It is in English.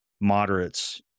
moderates